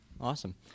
Awesome